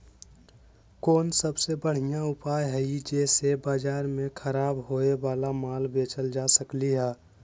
कोन सबसे बढ़िया उपाय हई जे से बाजार में खराब होये वाला माल बेचल जा सकली ह?